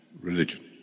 religion